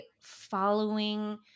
following